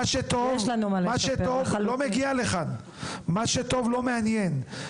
מה שטוב לא מגיע לכאן ולא מעניין.